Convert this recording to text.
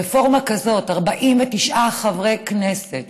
רפורמה כזאת, 49 חברי כנסת